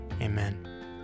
Amen